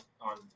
on